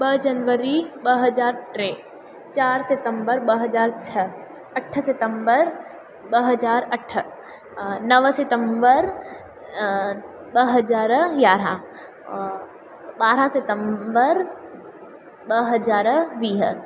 ॿ जनवरी ॿ हज़ार टे चारि सितंबर ॿ हज़ार छह अठ सितंबर ॿ हज़ार अठ नव सितंबर ॿ हज़ार यारहं ॿारहं सितंबर ॿ हज़ार वीह